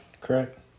correct